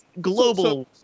global